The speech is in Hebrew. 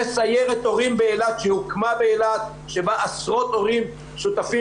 יש סיירת הורים באילת שהוקמה באילת שבה עשרות הורים שותפים